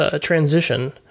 transition